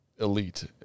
elite